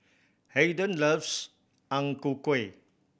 Haiden loves Ang Ku Kueh